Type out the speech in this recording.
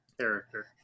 character